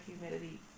humidity